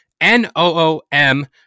N-O-O-M